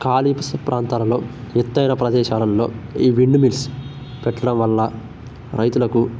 ఖాళీస్ ప్రాంతాలల్లో ఎత్తయిన ప్రదేశాలల్లో ఈ విండ్ మిల్స్ పెట్టడం వల్ల రైతులకు